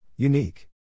Unique